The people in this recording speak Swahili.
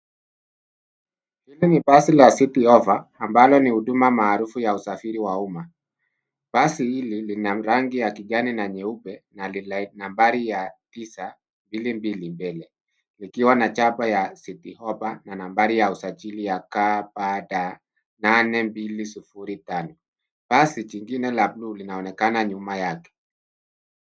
Hili ni basi la City Hoppa ambalo ni maarufu ya usafiri wa umma. Basi hili lina rangi ya kijani na nyeupe na lina nambari ya tisa mbili mbili mbele likiwa na chapa ya City Hoppa na nambari ya usajili KBD 8205. Basi jingine la buluu linaonekana nyuma yake.